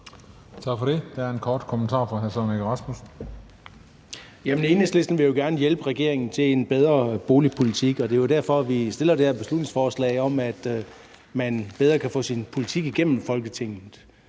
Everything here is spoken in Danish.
Tak for det. Der er en kort bemærkning fra hr. Søren Egge Rasmussen.